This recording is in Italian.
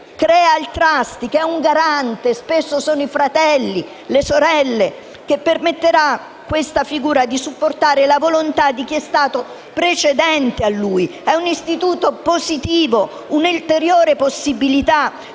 Crea il *trustee*, che è un garante (spesso sono fratelli e sorelle) che permetterà di supportare la volontà di chi è stato precedente a lui. È un istituto positivo, un'ulteriore possibilità.